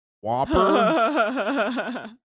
Whopper